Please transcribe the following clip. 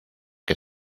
que